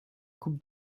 coupe